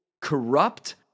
corrupt